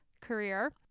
career